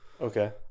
Okay